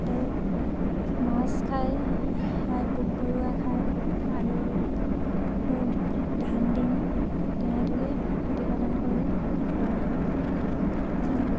তাতে মাছ খাই পোক পৰুৱা খায় আৰু ধান দিওঁ তেনেদৰেই প্ৰতিপালন কৰোঁ কুকুৰা হাঁহ